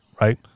Right